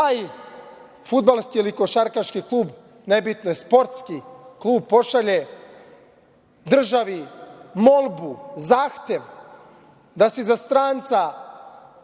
taj fudbalski ili košarkaški klub, nebitno je, sportski klub pošalje državi molbu, zahtev da se za stranca